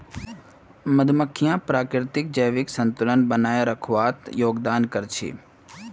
मधुमक्खियां प्रकृतित जैविक संतुलन बनइ रखवात योगदान कर छि